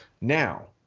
Now